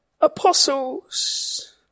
apostles